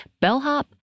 bellhop